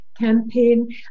campaign